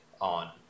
on